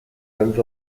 densos